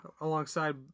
alongside